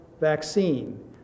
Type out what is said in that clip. vaccine